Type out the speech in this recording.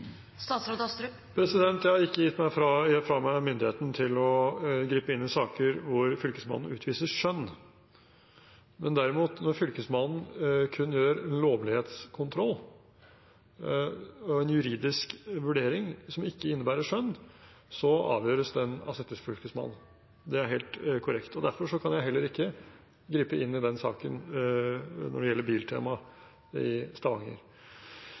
utviser skjønn, men derimot når Fylkesmannen kun gjør en lovlighetskontroll og en juridisk vurdering som ikke innebærer skjønn, avgjøres den av settefylkesmannen. Det er helt korrekt. Derfor kan jeg heller ikke gripe inn i den saken som gjelder Biltema i Stavanger.